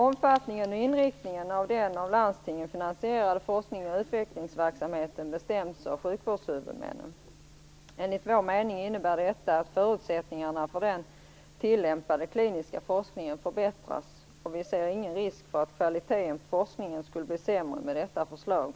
Omfattningen av och inriktningen på den av landstingen finansierade forskningen och utvecklingsverksamheten bestäms av sjukvårdshuvudmännen. Enligt vår mening innebär detta att förutsättningarna för den tillämpade kliniska forskningen förbättras. Vi ser ingen risk för att kvaliteten på forskningen skulle bli sämre i och med detta förslag.